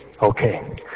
Okay